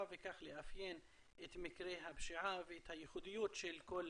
וכך לאפיין את מקרי הפשיעה ואת הייחודיות של כל